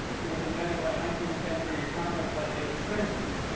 it was invented by a nineteenth century economist by the name of spencer,